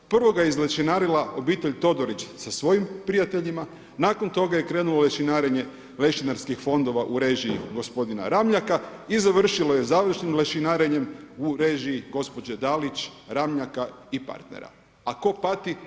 Prvo ga je izlešinarila obitelj Todorić sa svojim prijateljima, nakon toga je krenulo lešinarenje lešinarskih fondova u režiji gospodina Ramljaka i završilo je završnim lešinarenjem u režiji gospođe Dalić, Ramljaka i partnera, a tko pati?